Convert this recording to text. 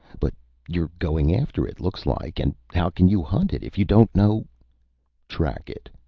but you're going after it, looks like, and how can you hunt it if you don't know track it.